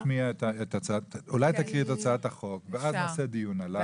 אולי תקריאי את הצעת החוק ואז נקיים את הדיון עליה,